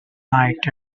night